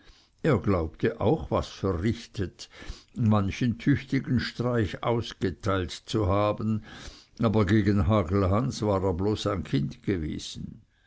er glaubte auch was verrichtet manchen tüchtigen streich ausgeteilt zu haben aber gegen hagelhans war er ein bloß kind gewesen